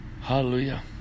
hallelujah